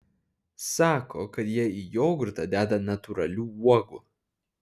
sako kad jie į jogurtą deda natūralių uogų